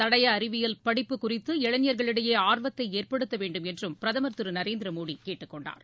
தடயஅறிவியல் படிப்பு குறித்து இளைஞர்களிடையேஆர்வத்தைஏற்படுத்தவேண்டும் என்றும் பிரதமர் திருநரேந்திரமோடிகேட்டுக்கொண்டார்